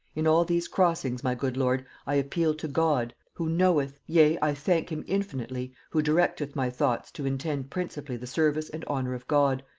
in all these crossings my good lord, i appeal to god, who knoweth, yea, i thank him infinitely, who directeth my thoughts to intend principally the service and honor of god,